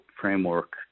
framework